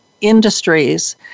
industries